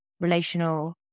relational